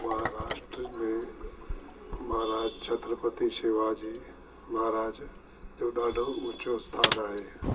महाराष्ट्र में महाराज छत्रपति शिवाजी महाराज जो ॾाढो उचो स्थानु आहे